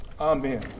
Amen